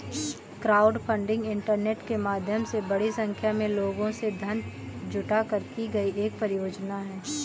crowdfunding internet के माध्यम से बड़ी संख्या में लोगों से धन जुटाकर की गई एक परियोजना है